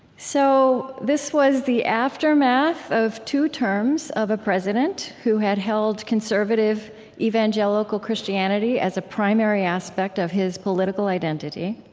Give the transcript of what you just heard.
so this was the aftermath of two terms of a president who had held conservative evangelical christianity as a primary aspect of his political identity.